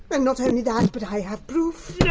and not only that, but i have proof! no